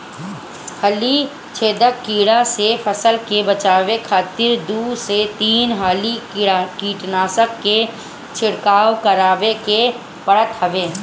फली छेदक कीड़ा से फसल के बचावे खातिर दू से तीन हाली कीटनाशक के छिड़काव करवावे के पड़त हवे